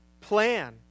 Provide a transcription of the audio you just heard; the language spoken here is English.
plan